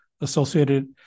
associated